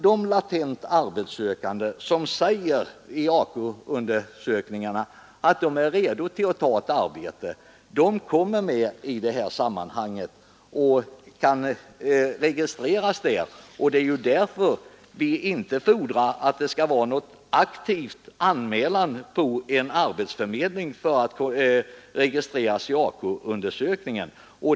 De latent arbetssökande som i AKU-undersökningen säger att de är redo att ta ett arbete kommer med i detta sammanhang och kan registreras där. Det är ju därför som vi inte fordrar att det skall vara någon aktiv anmälan på en arbetsförmedling för att man skall registreras i AKU-undersökningen.